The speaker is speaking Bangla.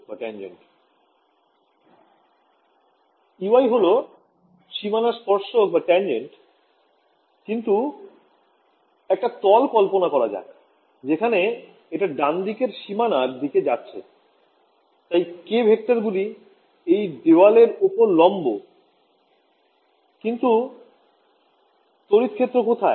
Ey হল সীমানার স্পর্শক কিন্তু একটা তল কল্পনা করা যাক যেখানে এটা ডানদিকের সীমানার দিকে যাচ্ছে তাই k ভেক্টর গুলি এই দেওয়ালের ওপর লম্ব কিন্তু তড়িৎ ক্ষেত্র কোথায়